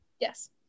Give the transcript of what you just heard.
Yes